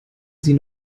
sie